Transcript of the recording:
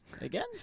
Again